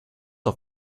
auf